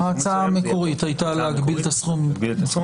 ההצעה המקורית הייתה להגביל את הסכום.